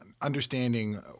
understanding